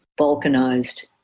balkanized